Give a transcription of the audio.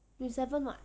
twenty seven [what]